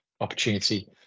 opportunity